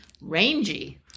Rangy